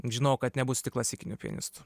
žinojau kad nebusiu tik klasikiniu pianistu